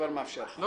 לא.